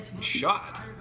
shot